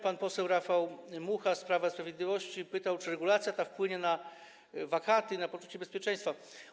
Pan poseł Rafał Mucha z Prawa i Sprawiedliwości pytał, czy taka regulacja wpłynie na wakaty i poczucie bezpieczeństwa.